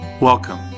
Welcome